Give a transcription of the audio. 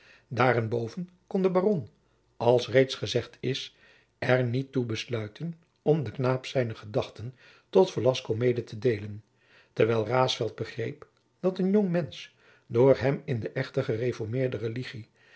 daarenboven kon de baron als reeds gezegd is er niet toe besluiten om den knaap zijne gedachten tot velasco mede te deelen terwijl raesfelt begreep dat een jong mensch door hem in de echte gereformeerde religie